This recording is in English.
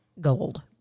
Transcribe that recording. gold